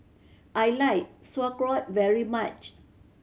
I like Sauerkraut very much